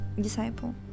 disciple